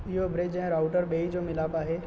इहो ब्रिज ऐं राउटर ॿई जो मिलाप आहे